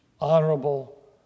honorable